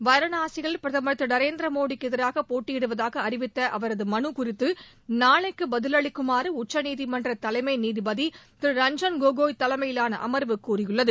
வாரணாசியில் பிரதமர் திரு நரேந்திரமோடிக்கு எதிராக போட்டியிடுவதாக அறிவித்த அவரது மனு குறித்து நாளைக்கு பதிலளிக்குமாறு உச்சநீதிமன்ற தலைமை நீதிபதி திரு ரஞ்சன் கோகோய் தலைமையிலான அமர்வு கூறியுள்ளது